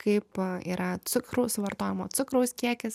kaip yra cukraus suvartojimo cukraus kiekis